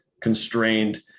constrained